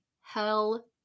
Hell